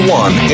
one